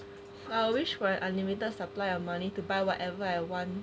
I will wish for an unlimited supply of money to buy whatever I want